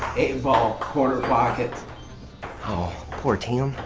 ball corner pocket oh poor tim,